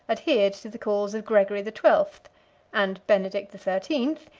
adhered to the cause of gregory the twelfth and benedict the thirteenth,